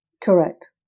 Correct